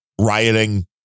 rioting